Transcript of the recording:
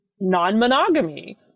non-monogamy